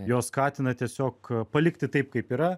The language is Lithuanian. jos skatina tiesiog palikti taip kaip yra